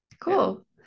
cool